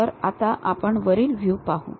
तर आता आपण वरील व्ह्यू पाहू